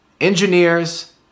engineers